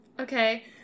okay